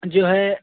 جو ہے